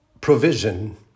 provision